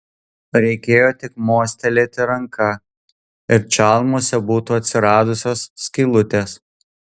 reikėjo tik mostelėti ranka ir čalmose būtų atsiradusios skylutės